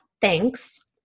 thanks